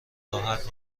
راحت